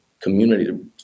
community